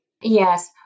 Yes